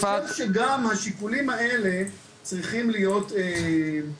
חושב שגם השיקולים האלה צריכים להיות בשיקול.